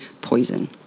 poison